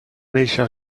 nàixer